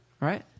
Right